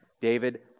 David